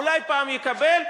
אולי פעם יקבל,